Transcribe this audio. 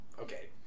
Okay